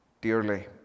dearly